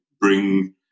bring